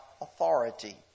authority